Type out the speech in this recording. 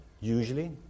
Usually